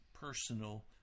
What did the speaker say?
personal